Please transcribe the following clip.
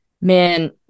man